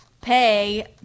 pay